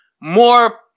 more